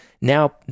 Now